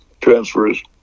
transfers